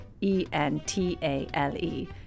E-N-T-A-L-E